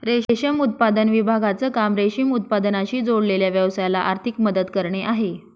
रेशम उत्पादन विभागाचं काम रेशीम उत्पादनाशी जोडलेल्या व्यवसायाला आर्थिक मदत करणे आहे